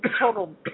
total